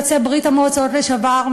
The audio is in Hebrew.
יוצאי ברית-המועצות לשעבר,